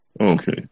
okay